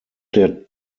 der